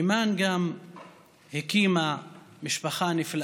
אימאן גם הקימה משפחה נפלאה,